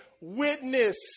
witness